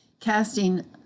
casting